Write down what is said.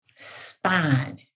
spine